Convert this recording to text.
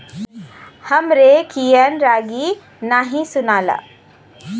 हमरे कियन रागी नही सुनाला